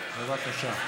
בבקשה.